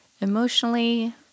emotionally